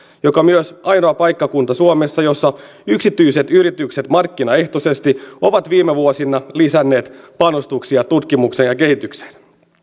joka on myös ainoa paikkakunta suomessa jossa yksityiset yritykset markkinaehtoisesti ovat viime vuosina lisänneet panostuksia tutkimukseen ja kehitykseen